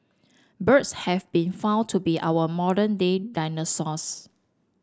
birds have been found to be our modern day dinosaurs